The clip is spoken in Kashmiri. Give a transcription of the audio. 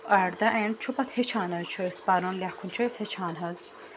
ایٹ دَ اٮ۪نٛڈ چھُ پَتہٕ ہیٚچھان حظ چھُ أسۍ پَرُن لٮ۪کھُن چھُ أسۍ ہیٚچھان حظ